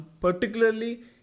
particularly